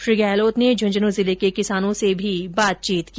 श्री गहलोत ने झंझनूं जिले को किसानों से भी बातचीत की